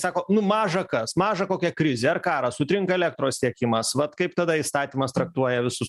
sako nu maža kas maža kokia krizė ar karas sutrinka elektros tiekimas vat kaip tada įstatymas traktuoja visus